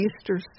Easter